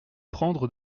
prendre